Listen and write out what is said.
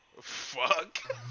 Fuck